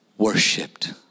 Worshipped